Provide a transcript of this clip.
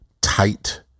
tight